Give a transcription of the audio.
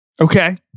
Okay